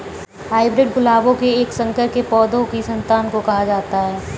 hybrid गुलाबों के एक संकर के पौधों की संतान को कहा जाता है